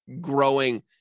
growing